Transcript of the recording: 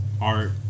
art